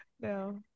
No